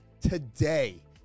today